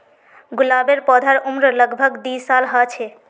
गुलाबेर पौधार उम्र लग भग दी साल ह छे